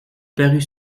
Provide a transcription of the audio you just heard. parut